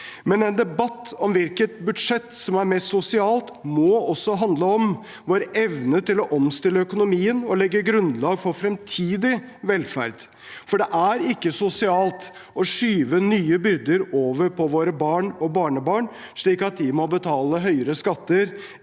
Men en debatt om hvilket budsjett som er mest sosialt, må også handle om vår evne til å omstille økonomien og legge grunnlag for fremtidig velferd. For det er ikke sosialt å skyve nye byrder over på våre barn og barnebarn, slik at de må betale enda høyere skatter